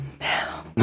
Now